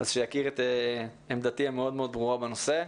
אז שיכיר את עמדתי המאוד מאוד ברורה בנושא.